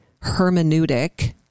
hermeneutic